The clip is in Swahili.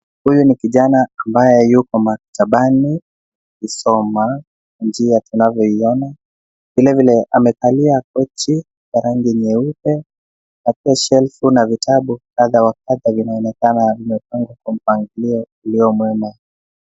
Huyu ni kijana ambaye yuko maktabani akisoma kwa njia tunavyoiona. Vilevile amekalia kochi ya rangi nyeupe na pia shelf ]cs] na vitabu kadha wa kadha vinaonekana vimepangwa kwa mpangilio ulio mwema.